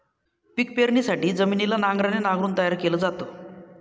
पिक पेरणीसाठी जमिनीला नांगराने नांगरून तयार केल जात